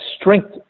strength